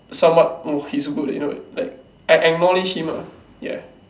somewhat oh he's good you know like I I acknowledge him ah ya